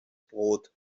brot